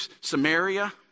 Samaria